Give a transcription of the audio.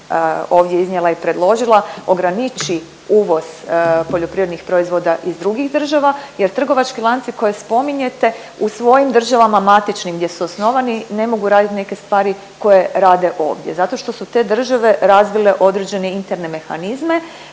ovdje iznijela i predložila ograniči uvoz poljoprivrednih proizvoda iz drugih država jer trgovački lanci koje spominjete u svojim državama matičnim gdje su osnovali ne mogu radit neke stvari koje rade ovdje zato što su te države razvile određene interne mehanizme